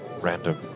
random